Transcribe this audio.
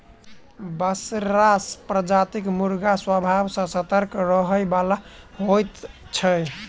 बसरा प्रजातिक मुर्गा स्वभाव सॅ सतर्क रहयबला होइत छै